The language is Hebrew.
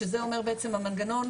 שזה אומר בעצם המנגנון,